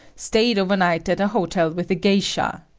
stayed over night at a hotel with a geisha!